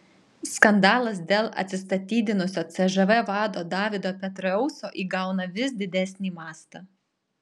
skandalas dėl atsistatydinusio cžv vado davido petraeuso įgauna vis didesnį mastą